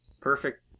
Perfect